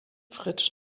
fritsch